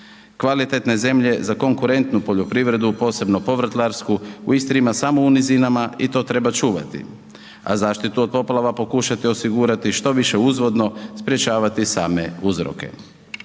Kvalitetne zemlje za konkurentnu poljoprivredu, posebnu povrtlarsku, u Istri ima samo u nizinama i to treba čuvati a zaštitu od poplava pokušati osigurati štoviše uzvodno, sprječavati same uzroke.